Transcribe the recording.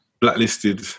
blacklisted